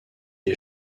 est